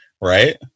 right